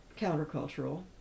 countercultural